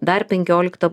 dar penkiolikta